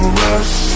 rush